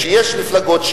שיש מפלגות,